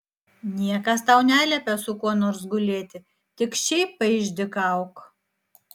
niekas tau neliepia su kuo nors gulėti tik šiaip paišdykauk